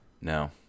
No